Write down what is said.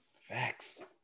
Facts